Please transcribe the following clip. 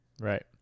Right